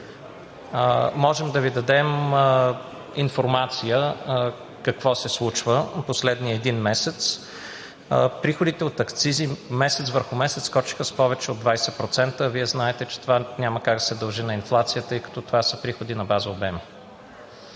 Можем да Ви дадем информация какво се случва в последния един месец. Приходите от акцизи месец върху месец скочиха с повече от 20%, а Вие знаете, че това няма как да се дължи на инфлацията, тъй като това са приходи на база